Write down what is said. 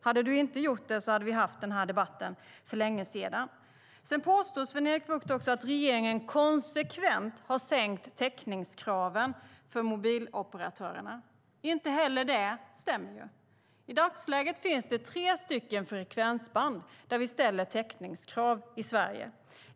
Hade han inte gjort det hade vi haft den här debatten för länge sedan. Sedan påstår Sven-Erik Bucht att regeringen konsekvent har sänkt täckningskraven för mobiloperatörerna. Inte heller det stämmer. I dagsläget finns det tre frekvensband där vi ställer täckningskrav i Sverige.